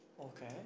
Okay